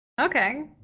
Okay